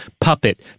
puppet